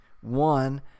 One